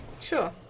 Sure